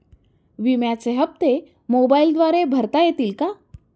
विम्याचे हप्ते मोबाइलद्वारे भरता येतील का?